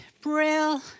Brill